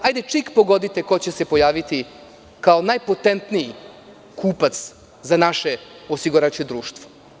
Hajde, čik pogodite ko će se pojaviti kao najpotentniji kupac za naše osiguravajuće društvo?